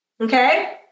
okay